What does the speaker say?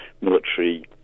military